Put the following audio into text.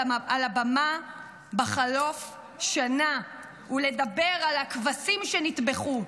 הבמה בחלוף שנה ולדבר על הכבשים שנטבחו.